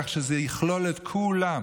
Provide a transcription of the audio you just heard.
כך שזה יכלול את כולם.